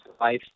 life